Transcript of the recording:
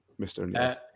Mr